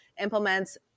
implements